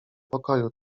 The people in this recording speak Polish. pokoju